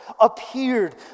appeared